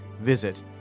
Visit